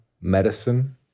medicine